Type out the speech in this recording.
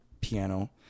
piano